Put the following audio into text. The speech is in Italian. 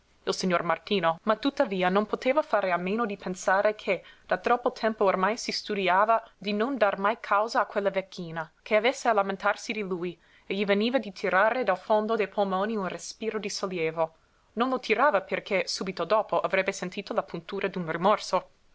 il signor martino ma tuttavia non poteva fare a meno di pensare che da troppo tempo ormai si studiava di non dar mai causa a quella vecchina che avesse a lamentarsi di lui e gli veniva di tirare dal fondo dei polmoni un respiro di sollievo non lo tirava perché subito dopo avrebbe sentito la puntura d'un rimorso